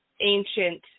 ancient